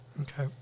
Okay